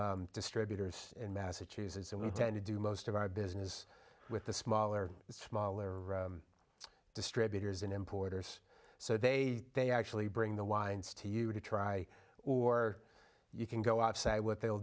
distributors in massachusetts and we tend to do most of our business with the smaller smaller distributors in importers so they they actually bring the wines to you to try or you can go outside what they'll